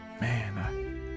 man